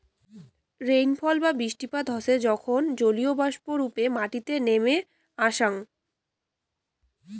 rainfall বা বৃষ্টিপাত হসে যখন জলীয়বাষ্প রূপে মাটিতে নেমে আসাং